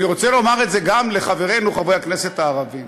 אני רוצה לומר את זה גם לחברינו חברי הכנסת הערבים,